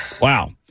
Wow